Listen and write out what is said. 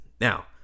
Now